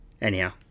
Anyhow